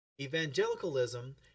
Evangelicalism